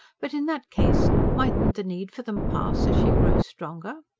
but in that case mightn't the need for them pass, as she grows stronger?